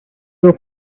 your